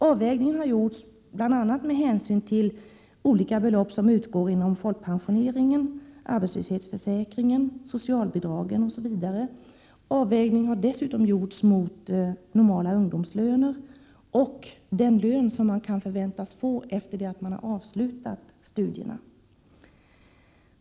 Avvägningen har gjorts bl.a. med hänsyn till olika belopp som utgår inom folkpensioneringen, arbetslöshetsförsäkringen, socialbidragen osv., och en avvägning har dessutom gjorts mot normala ungdomslöner och mot den lön man kan förväntas få efter det att man har avslutat studierna.